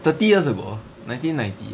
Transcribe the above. thirty years ago nineteen ninety